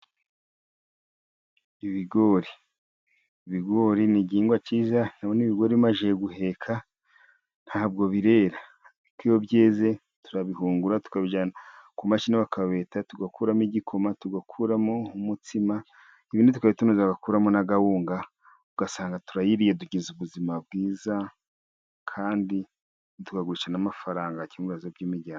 Ibigori, ibigori ni igihingwa cyiza, ndabona ibigori bimaze guheka, nta bwo birera, ariko iyo byeze turabihungura, tukabijyana ku mashini, bakabibeta tugakuramo igikoma, tugakuramo umutsima, ibindi tukabitonoza tugakuramo n'akawunga, ugasanga turayiriye tugize ubuzima bwiza, kandi tukagurisha n'amafaranga akemura ibibazo by'imiryango.